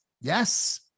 Yes